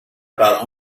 about